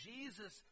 Jesus